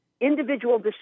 individual